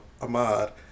Ahmad